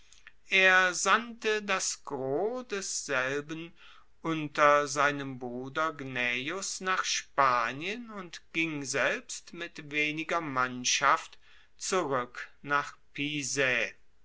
er sandte das gros desselben unter seinem bruder gnaeus nach spanien und ging selbst mit weniger mannschaft zurueck nach pisae